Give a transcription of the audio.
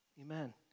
Amen